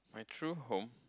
my true home